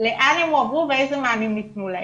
לאן הם הועברו ואיזה מענים ניתנו להם.